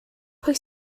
pwy